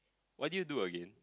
what did you do again